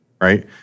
Right